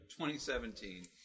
2017